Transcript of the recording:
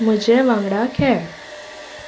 म्हजे वांगडा खेळ